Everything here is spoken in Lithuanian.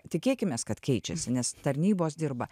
tikėkimės kad keičiasi nes tarnybos dirba